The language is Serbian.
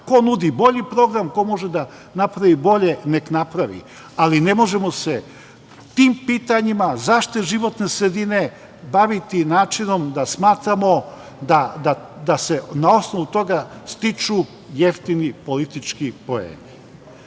ko nudi bolji program, ko može da napravi bolje, nek napravi, ali ne možemo se tim pitanjima zaštite životne sredine baviti načinom da smatramo da se na osnovu toga stiču jeftini politički